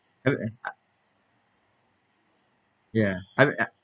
I mean I~ ya I mean I~